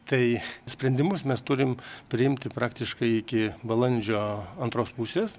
tai sprendimus mes turim priimti praktiškai iki balandžio antros pusės